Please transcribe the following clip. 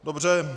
Dobře.